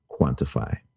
quantify